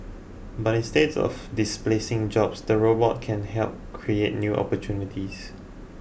but instead of displacing jobs the robots can help create new opportunities